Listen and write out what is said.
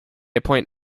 appoint